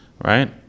right